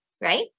right